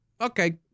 Okay